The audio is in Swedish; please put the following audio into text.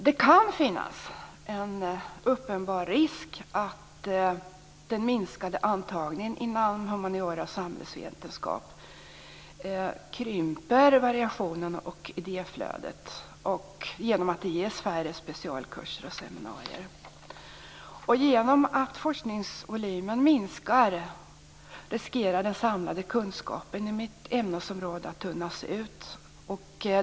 Det kan finnas en uppenbar risk att den minskade antagningen inom humaniora och samhällsvetenskap krymper variationen och idéflödet genom att det ges färre specialkurser och seminarier. Genom att forskningsvolymen minskar riskerar den samlade kunskapen inom ett ämnesområde att tunnas ut.